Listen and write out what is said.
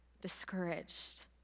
discouraged